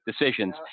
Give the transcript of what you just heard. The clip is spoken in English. decisions